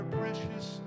precious